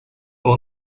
all